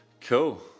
Cool